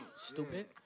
Stupid